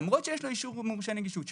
למרות שיש לו אישור מורשה נגישות,